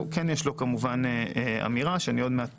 כן יש לו אמירה שעוד מעט